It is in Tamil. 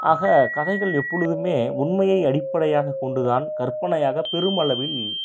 ஆக கதைகள் எப்பொழுதுமே உண்மையை அடிப்படையாக கொண்டு தான் கற்பனையாக பெருமளவில்